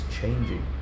changing